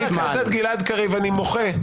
חבר הכנסת גלעד קריב, אני מוחה.